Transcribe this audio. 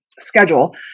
schedule